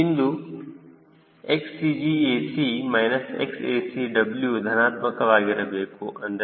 ಇದು XCG ac XacW ಧನಾತ್ಮಕ ವಾಗಿರಬೇಕು ಅಂದರೆ ರೆಕ್ಕೆಯ a